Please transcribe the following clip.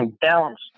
balance